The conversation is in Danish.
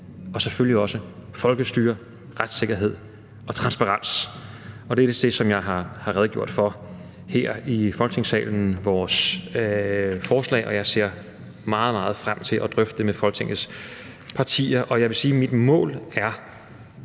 og selvfølgelig også folkestyre, retssikkerhed og transparens. Det er det, som jeg har redegjort for her i Folketingssalen i forhold til vores forslag, og jeg ser meget, meget frem til at drøfte det med Folketingets partier. Og jeg vil sige, at mit mål er